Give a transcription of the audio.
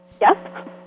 Yes